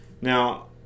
Now